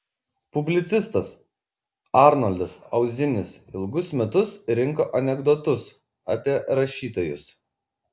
publicistas arnoldas auzinis ilgus metus rinko anekdotus apie rašytojus